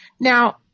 Now